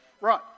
Right